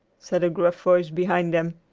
said a gruff voice behind them,